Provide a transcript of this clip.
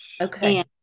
Okay